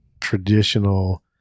traditional